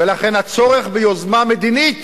ולכן הצורך ביוזמה מדינית